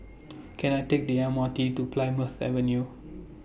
Can I Take The M R T to Plymouth Avenue